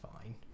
Fine